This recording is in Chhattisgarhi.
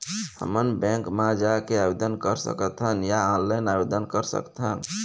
हमन बैंक मा जाके आवेदन कर सकथन या ऑनलाइन आवेदन कर सकथन?